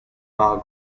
bar